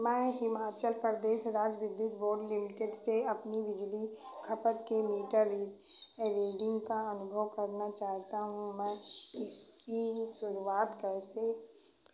मैं हिमाचल प्रदेश राज्य विद्युत बोर्ड लिमिटेड से अपनी बिजली खपत के मीटर री रीडिंग का अनुभव करना चाहता हूँ मैं इसकी शुरुआत कैसे करूँ